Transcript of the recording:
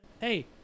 Hey